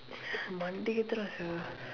மண்டைக்கு ஏத்துறான்:mandaikku eeththuraan sia